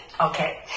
Okay